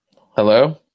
Hello